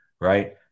Right